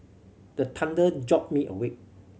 the thunder jolt me awake